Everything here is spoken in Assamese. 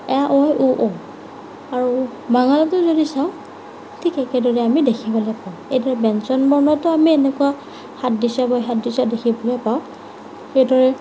এ ঐ ও ঔ আৰু বাঙালাতো যদি চাওঁ ঠিক একেদৰে আমি দেখিবলৈ পাওঁ এইটো ব্যঞ্জনবৰ্ণতো আমি এনেকুৱা সাদৃশ্য বৈসাদৃশ্য দেখিবলৈ পাওঁ সেইদৰে